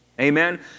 Amen